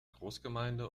großgemeinde